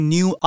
New